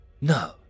No